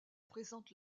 présentent